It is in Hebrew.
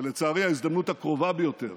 ולצערי ההזדמנות הקרובה ביותר